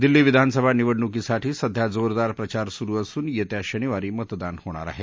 दिल्ली विधानसभा निवडणुकीसाठी सध्या जोरदार प्रचार सुरु असून येत्या शनिवारी मतदान होणार आहे